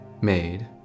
made